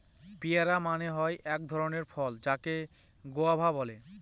পেয়ারা মানে হয় এক ধরণের ফল যাকে গুয়াভা বলে